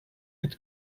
had